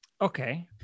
Okay